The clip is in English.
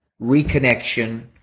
reconnection